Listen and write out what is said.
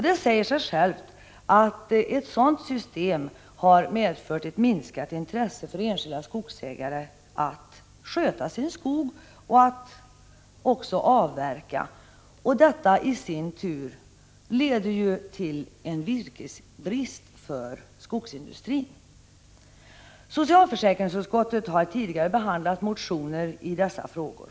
Det säger sig självt att ett sådant system har medfört ett minskat intresse bland enskilda skogsägare att sköta sin skog och ett minskat intresse att avverka, vilket i sin tur leder till virkesbrist för skogsindustrin. Socialförsäkringsutskottet har tidigare behandlat motioner i dessa frågor.